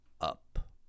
up